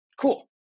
cool